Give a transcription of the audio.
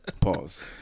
Pause